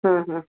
ହଁ ହଁ